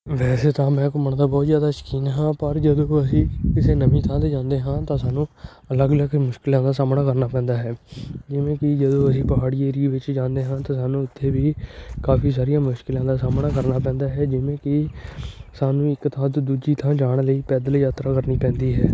ਵੈਸੇ ਤਾਂ ਮੈਂ ਘੁੰਮਣ ਦਾ ਬਹੁਤ ਜ਼ਿਆਦਾ ਸ਼ੌਕੀਨ ਹਾਂ ਪਰ ਜਦੋਂ ਕੋਈ ਕਿਸੇ ਨਵੀਂ ਥਾਂ 'ਤੇ ਜਾਂਦੇ ਹਾਂ ਤਾਂ ਸਾਨੂੰ ਅਲੱਗ ਅਲੱਗ ਮੁਸ਼ਕਿਲਾਂ ਦਾ ਸਾਹਮਣਾ ਕਰਨਾ ਪੈਂਦਾ ਹੈ ਜਿਵੇਂ ਕਿ ਜਦੋਂ ਅਸੀਂ ਪਹਾੜੀ ਏਰੀਏ ਵਿੱਚ ਜਾਂਦੇ ਹਾਂ ਤਾਂ ਸਾਨੂੰ ਉੱਥੇ ਵੀ ਕਾਫੀ ਸਾਰੀਆਂ ਮੁਸ਼ਕਿਲਾਂ ਦਾ ਸਾਹਮਣਾ ਕਰਨ ਪੈਂਦਾ ਹੈ ਜਿਵੇਂ ਕਿ ਸਾਨੂੰ ਇੱਕ ਥਾਂ ਤੋਂ ਦੂਜੀ ਥਾਂ ਜਾਣ ਲਈ ਪੈਦਲ ਯਾਤਰਾ ਕਰਨੀ ਪੈਂਦੀ ਹੈ